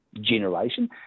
generation